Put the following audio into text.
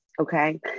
Okay